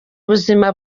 ubuzima